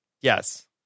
Yes